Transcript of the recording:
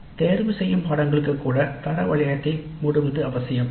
ஒரு தேர்ந்தெடுக்கப்பட்ட பாடநெறி களுக்கு கூட தரமான வளையத்தை மூடுவது அவசியம்